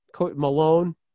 malone